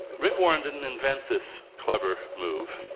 rick warren didn't invent this clever move.